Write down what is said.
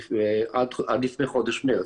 עד לפני חודש מרץ,